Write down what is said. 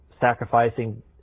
sacrificing